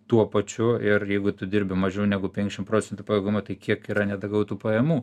tuo pačiu ir jeigu tu dirbi mažiau negu penkiasdešim procentų pajėgumu tai kiek yra nedagautų pajamų